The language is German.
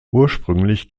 ursprünglich